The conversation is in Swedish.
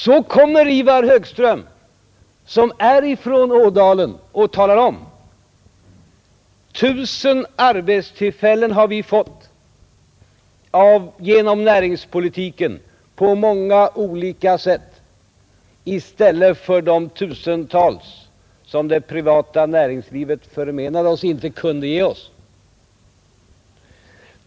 Så kommer Ivar Högström, som är från Ådalen, och talar om: Tusen arbetstillfällen har vi fått genom näringspolitiken på många olika sätt i stället för de tusentals som det privata näringslivet förmenade oss, inte kunde ge oss.